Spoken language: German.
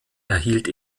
erhielt